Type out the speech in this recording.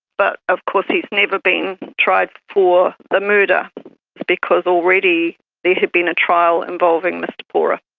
but of course he has never been tried for the murder because already there had been a trial involving mr pora.